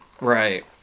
Right